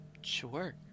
Sure